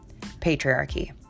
patriarchy